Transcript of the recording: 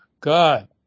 God